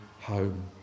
home